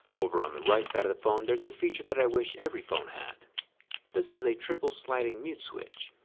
over on the right side of the phone, there's a feature that i wish every phone had this is a triple sliding mute switch.